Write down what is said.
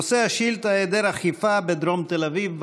נושא השאילתה: היעדר אכיפה בדרום תל אביב.